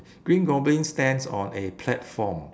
green goblin stands on a platform